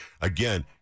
Again